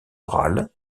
orale